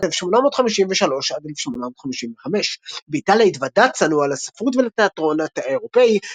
בשנים 1853 עד 1855. באיטליה התוודע צנוע לספרות ולתיאטרון האירופאי,